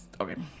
Okay